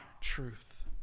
truth